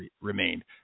remained